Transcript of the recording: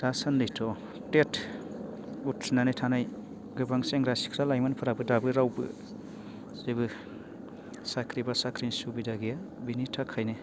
दासान्दिथ' टेट उथ्रिनानै थानाय गोबां सेंग्रा सिख्ला लाइमोनफोरा दाबो रावबो जेबो साख्रि बा साख्रिनि सुबिदा गैया बेनि थाखायनो